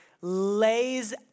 lays